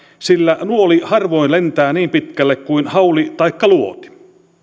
sillä nuoli harvoin lentää niin pitkälle kuin hauli taikka luoti